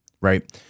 right